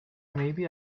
maybe